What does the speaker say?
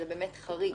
הצעת החוק הממשלתית